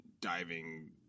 diving